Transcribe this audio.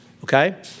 okay